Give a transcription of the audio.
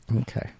Okay